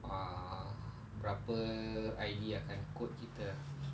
ah berapa I_D akan quote kita